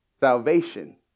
salvation